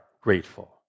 grateful